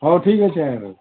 ହଉ ଠିକ୍ ଅଛି ଆଜ୍ଞା ରହୁଛି